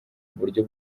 uburyo